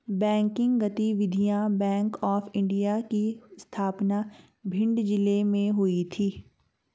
banking गतिविधियां bank of India की स्थापना भिंड जिले में हुई थी